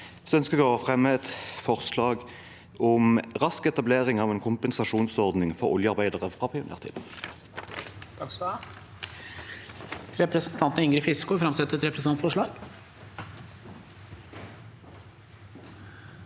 selv ønsker jeg å fremme et forslag om en rask etablering av en kompensasjonsordning for oljearbeidere fra pionertiden.